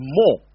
more